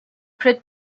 plaide